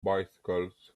bicycles